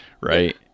right